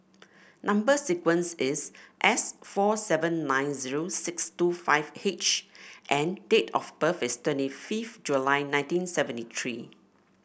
number sequence is S four seven nine zero six two five H and date of birth is twenty fifth July nineteen seventy three